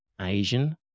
Asian